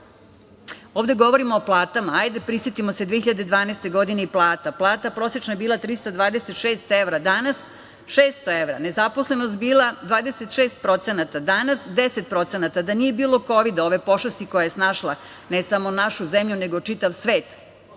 rada. Ovde govorimo o platama, hajde prisetimo se 2012. godine i plata. Plata prosečna je bila 326 evra, danas 600 evra. Nezaposlenost je bila 26%, danas 10%. Da nije bilo kovida, ove pošasti koja je snašla, ne samo našu zemlju, nego čitav svet,